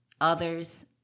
Others